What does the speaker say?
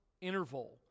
interval